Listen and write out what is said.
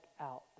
out